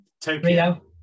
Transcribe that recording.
Tokyo